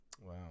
Wow